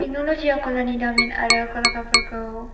technology याव कलानि दामिन कलाकारफोरखौ